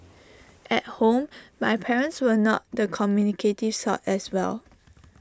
at home my parents were not the communicative sort as well